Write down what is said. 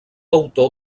autor